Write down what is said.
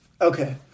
Okay